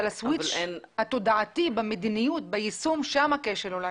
הסוויץ' התודעתי במדיניות וביישום שם אולי הכשל.